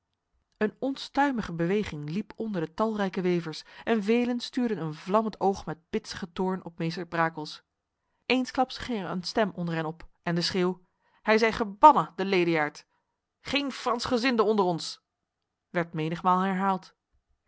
een onstuimige beweging liep onder de talrijke wevers en velen stuurden een vlammend oog met bitsige toorn op meester brakels eensklaps ging er een stem onder hen op en de schreeuw hij zij gebannen de leliaard geen fransgezinden onder ons werd menigmaal herhaald